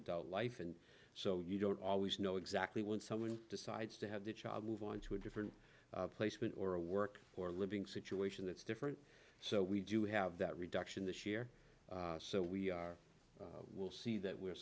adult life and so you don't always know exactly when someone decides to have the child move on to a different placement or a work or living situation that's different so we do have that reduction this year so we are will see that we're